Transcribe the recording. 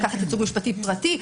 לקחת ייצוג משפטי פרטי,